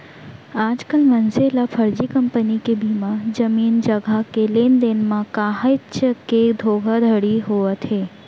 आजकल मनसे ल फरजी कंपनी के बीमा, जमीन जघा के लेन देन म काहेच के धोखाघड़ी होवत हे